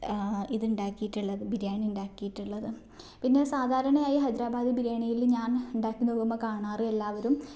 ആ ഇത് ഉണ്ടാക്കിയിട്ടുള്ളത് ബിരിയാണി ഉണ്ടാക്കിയിട്ടുള്ളത് പിന്നെ സാധാരണയായി ഹൈദരാബാദി ബിരിയാണിയിൽ ഞാൻ ഉണ്ടാക്കുന്ന വരുമ്പോൾ കാണാറ് എല്ലാവരും